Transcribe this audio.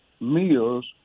meals